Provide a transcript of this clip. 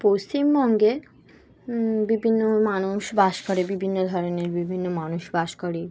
পশ্চিমবঙ্গে বিভিন্ন মানুষ বাস করে বিভিন্ন ধরনের বিভিন্ন মানুষ বাস করে